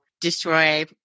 destroy